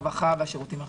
הרווחה והשירותים החברתיים.